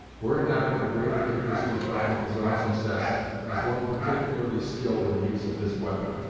were it not for the greater interest he felt in his own success as one particularly skilled in the use of this weapon.